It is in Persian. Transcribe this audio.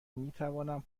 میتوانم